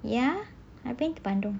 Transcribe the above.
ya I've been to bandung